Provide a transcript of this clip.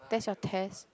that's your test